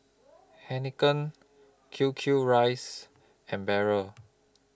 Heinekein Q Q Rice and Barrel